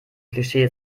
klischee